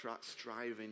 striving